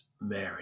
Mary